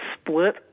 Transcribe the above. split